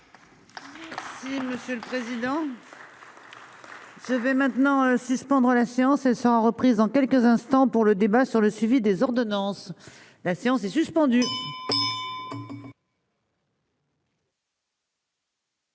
Oui, monsieur le président. Je vais maintenant suspendre la séance se sont reprises en quelques instants, pour le débat sur le suivi des ordonnances, la séance est suspendue.